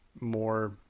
more